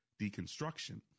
deconstruction